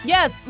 Yes